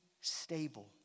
stable